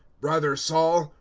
brother saul,